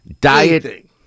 diet